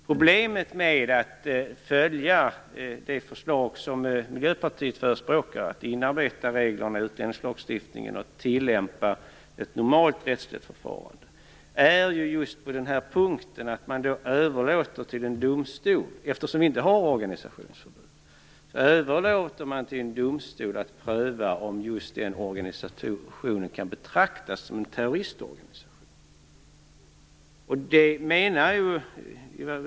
Problemet med att följa det förslag som Miljöpartiet förespråkar, att inarbeta reglerna i utlänningslagstiftningen och tillämpa ett normalt rättsligt förfarande, är på denna punkt att man överlåter till en domstol - eftersom vi inte har organisationsförbud - att pröva om just den organisationen kan betraktas som en terroristorganisation.